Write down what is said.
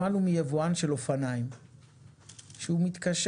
שמענו מיבואן של אופניים שהוא מתקשה